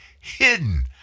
hidden